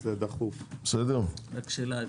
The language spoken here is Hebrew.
אפשר שאלה?